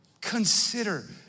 consider